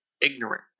ignorant